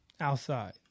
outside